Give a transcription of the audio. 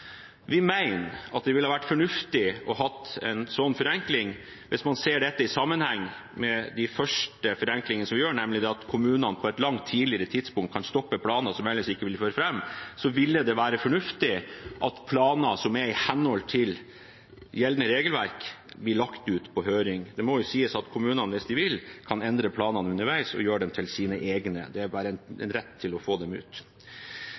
Vi mener at det ville ha vært fornuftig å ha en sånn forenkling hvis man ser dette i sammenheng med de første forenklingene vi gjør, nemlig at kommunene på et langt tidligere tidspunkt kan stoppe planer som ellers ikke ville føre fram. Det ville være fornuftig at planer som er i henhold til gjeldende regelverk, blir sendt ut på høring. Det må jo sies at kommunene, hvis de vil, kan endre planene underveis og gjøre dem til sine egne. Det er bare en rett til å få dem ut.